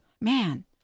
Man